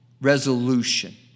Resolution